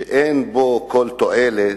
שאין בו כל תועלת,